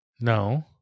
No